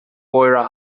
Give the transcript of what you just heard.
mháire